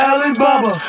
Alibaba